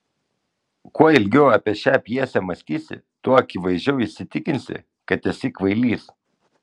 kuo ilgiau apie šią pjesę mąstysi tuo akivaizdžiau įsitikinsi kad esi kvailys